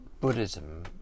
Buddhism